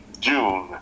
june